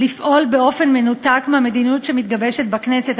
לפעול באופן מנותק מהמדיניות שמתגבשת בכנסת.